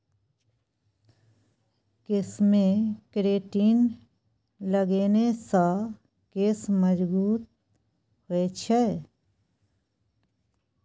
केशमे केरेटिन लगेने सँ केश मजगूत होए छै